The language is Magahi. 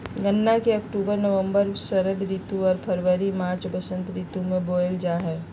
गन्ना के अक्टूबर नवम्बर षरद ऋतु आर फरवरी मार्च बसंत ऋतु में बोयल जा हइ